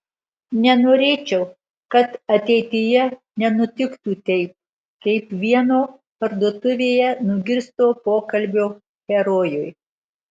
nenorėčiau kad ateityje nenutiktų taip kaip vieno parduotuvėje nugirsto pokalbio herojui